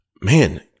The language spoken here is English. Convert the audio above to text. Man